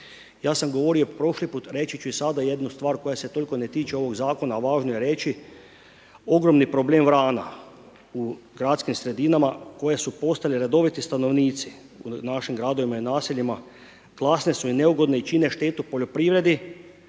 ja sam govorio prošli put, i reći ću sada jednu stvar koja se toliko ne tiče ovog Zakona, a važno je reći. Ogromni problem vrana u gradskim sredinama koje su postale redoviti stanovnici u našim gradovima i naseljima. Glasne su i neugodne i čine štetu poljoprivredi,